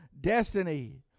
destiny